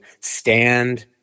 stand